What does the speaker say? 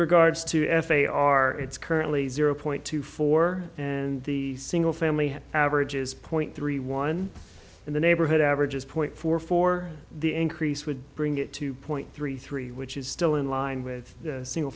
regards to f a r it's currently zero point two four and the single family has averages point three one in the neighborhood averages point four for the increase would bring it to point three three which is still in line with single